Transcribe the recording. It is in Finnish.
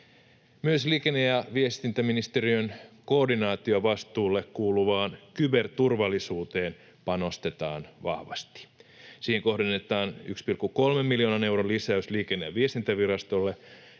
Myös liikenne- ja viestintäministeriön koordinaatiovastuulle kuuluvaan kyberturvallisuuteen panostetaan vahvasti. Siihen kohdennetaan 1,3 miljoonan euron lisäys liikenne- ja viestintävirastolle,